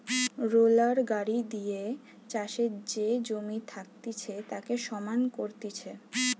roller গাড়ি দিয়ে চাষের যে জমি থাকতিছে তাকে সমান করতিছে